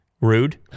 Rude